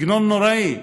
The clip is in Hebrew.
סגנון נוראי.